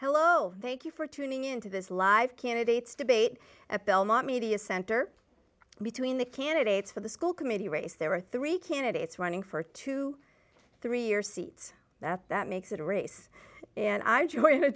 hello thank you for tuning into this live candidates debate at belmont media center between the candidates for the school committee race there are three candidates running for twenty three year seats that that makes it a race and i joined